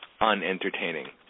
unentertaining